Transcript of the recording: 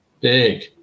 big